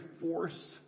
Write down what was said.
force